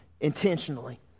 intentionally